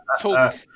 talk